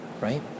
Right